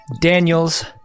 Daniels